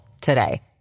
today